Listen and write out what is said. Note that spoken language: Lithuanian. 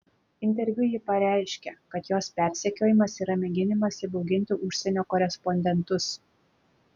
interviu ji pareiškė kad jos persekiojimas yra mėginimas įbauginti užsienio korespondentus